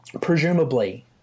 Presumably